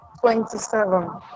Twenty-seven